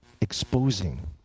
exposing